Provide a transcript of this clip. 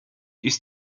ich